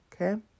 Okay